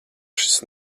šis